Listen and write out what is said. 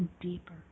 deeper